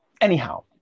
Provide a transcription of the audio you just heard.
Anyhow